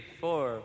four